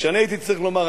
כשאני הייתי צריך לומר,